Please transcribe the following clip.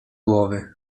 głowy